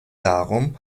darum